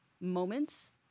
moments